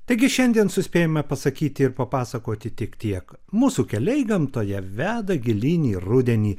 taigi šiandien suspėjome pasakyti ir papasakoti tik tiek mūsų keliai gamtoje veda gilyn į rudenį